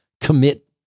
commit